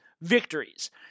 victories